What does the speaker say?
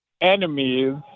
enemies